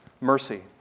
mercy